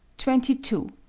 twenty two.